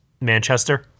Manchester